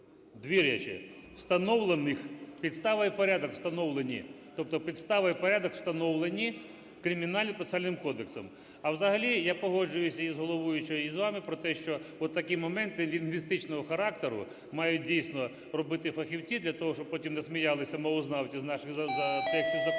дві речі – "встановлених". Підстава і порядок встановлені. Тобто підстава і порядок встановлені Кримінальним процесуальним кодексом. А взагалі я погоджуюсь із головуючою, і з вами про те, що от такі моменти лінгвістичного характеру мають, дійсно, робити фахівці для того, щоб потім не сміялися мовознавці з наших текстів законопроектів.